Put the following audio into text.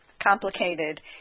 complicated